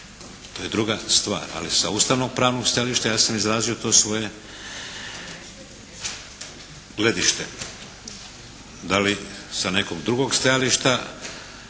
to je druga stvar. Ali sa ustavno-pravnog stajališta ja sam izrazio to svoje gledište. Da li sa nekog drugog stajališta